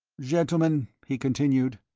gentlemen, he continued,